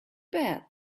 bad